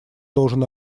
должен